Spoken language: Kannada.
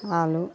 ಹಾಲು